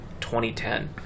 2010